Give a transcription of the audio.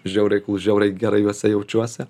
žiauriai žiauriai gerai juose jaučiuosi